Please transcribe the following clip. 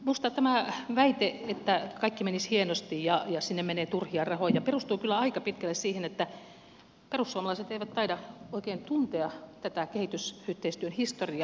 minusta tämä väite että sinne menee turhia rahoja perustuu kyllä aika pitkälle siihen että perussuomalaiset eivät taida oikein tuntea tätä kehitysyhteistyön historiaa